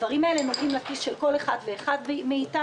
הדברים האלה נוגעים לכיס של כל אחד ואחד מאיתנו.